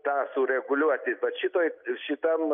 tą sureguliuoti vat šitoj šitam